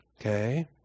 Okay